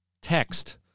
text